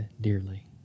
dearly